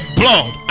blood